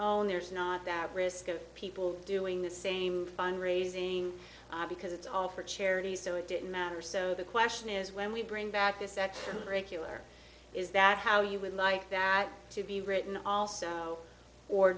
own there's not that risk of people doing the same fund raising because it's all for charity so it didn't matter so the question is when we bring back a set of regular is that how you would like that to be written also or